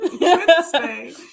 Wednesday